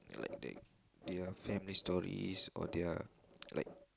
like they like their fan histories or their like